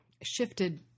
shifted